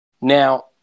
now